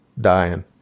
dying